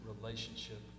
relationship